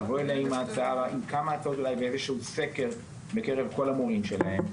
לבוא הנה עם כמה הצעות מאיזשהו סקר בקרב כל המורים שלהם.